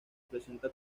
presenta